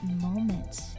moment